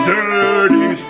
Dirty